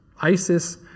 Isis